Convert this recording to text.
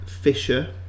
Fisher